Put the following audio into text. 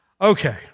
Okay